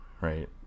right